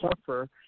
suffer